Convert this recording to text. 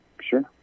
Sure